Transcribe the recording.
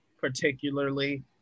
particularly